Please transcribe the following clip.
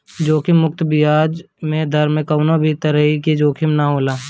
जोखिम मुक्त बियाज दर में कवनो भी तरही कअ जोखिम ना होला